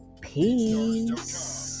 peace